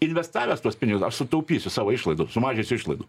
investavęs tuos pinigus aš sutaupysiu savo išlaidų sumažinsiu išlaidų